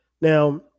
now